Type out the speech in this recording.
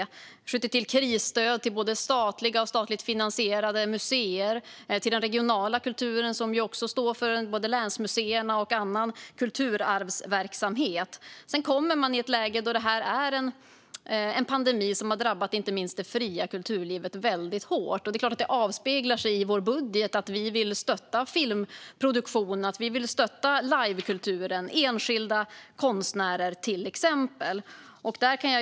Vi skjuter till krisstöd både till statliga och statligt finansierade museer och till den regionala kulturen, som står för både länsmuseerna och annan kulturarvsverksamhet. Detta är en pandemi som har drabbat inte minst det fria kulturlivet väldigt hårt. Det är klart att det avspeglar sig i vår budget att vi vill stötta till exempel filmproduktion, livekultur och enskilda konstnärer.